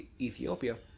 Ethiopia